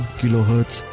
kilohertz